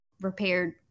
repaired